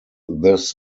this